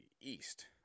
east